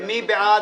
מי בעד?